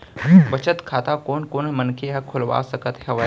बचत खाता कोन कोन मनखे ह खोलवा सकत हवे?